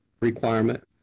requirement